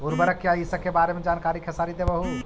उर्वरक क्या इ सके बारे मे जानकारी खेसारी देबहू?